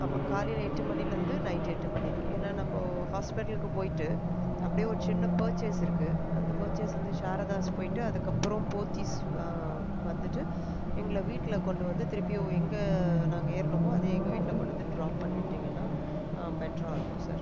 ஆமாம் காலையில் எட்டு மணியிலருந்து நைட்டு எட்டு மணிக்கு ஏன்னால் நம்ப ஹாஸ்பிட்டலுக்கு போயிட்டு அப்படியே ஒரு சின்ன பர்ச்சேஸ் இருக்குது அந்த பர்ச்சேஸ் வந்து சாரதாஸ் போயிட்டு அதுக்கப்புறம் போத்தீஸ் வந்துட்டு எங்களை வீட்டில் கொண்டு வந்து திருப்பியும் எங்கே நாங்கள் ஏறினமோ அதே எங்கள் வீட்டில் கொண்டு வந்து ட்ராப் பண்ணிட்டிங்கன்னால் பெட்டராருக்கும் சார்